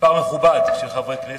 מספר מכובד של חברי כנסת,